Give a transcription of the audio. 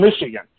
Michigan